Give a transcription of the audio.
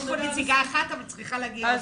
יש פה נציגה אחת, וצריכה להגיע עוד אחת.